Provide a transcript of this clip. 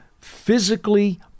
physically